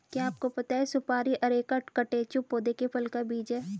क्या आपको पता है सुपारी अरेका कटेचु पौधे के फल का बीज है?